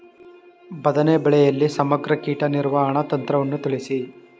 ಬದನೆ ಬೆಳೆಯಲ್ಲಿ ಸಮಗ್ರ ಕೀಟ ನಿರ್ವಹಣಾ ತಂತ್ರವನ್ನು ತಿಳಿಸಿ?